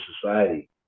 society